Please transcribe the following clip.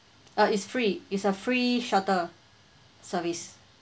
err it's free it's a free shuttle service